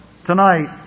Tonight